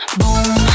boom